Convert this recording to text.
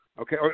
Okay